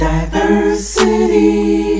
Diversity